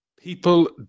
People